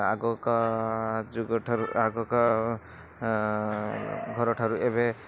ଆଗକା ଯୁଗ ଠାରୁ ଆଗକା ଘର ଠାରୁ ଏବେ